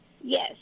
Yes